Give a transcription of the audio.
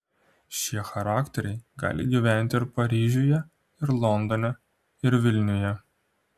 šie charakteriai gali gyventi ir paryžiuje ir londone ir vilniuje